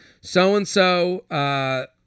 so-and-so